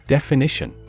Definition